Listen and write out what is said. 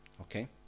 Okay